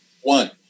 One